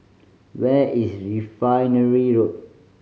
where is Refinery Road